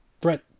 threat